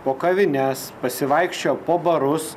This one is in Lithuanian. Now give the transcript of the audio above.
po kavines pasivaikščiojo po barus